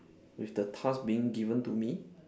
with the task being given to me